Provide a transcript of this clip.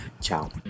Ciao